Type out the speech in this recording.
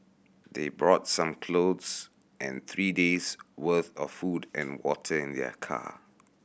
they brought some clothes and three days worth of food and water in their car